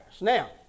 Now